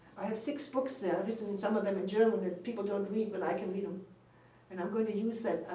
i have six books there written, some of them in german, that people don't read, but i can read them and i'm going to use them.